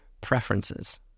preferences